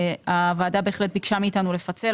הוועדה בהחלט ביקשה מאיתנו לפצל,